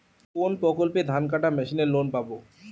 কোন প্রকল্পে ধানকাটা মেশিনের লোন পাব?